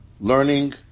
learning